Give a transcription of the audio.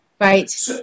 Right